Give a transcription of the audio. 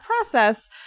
process